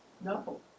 No